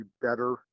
better